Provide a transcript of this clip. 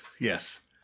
Yes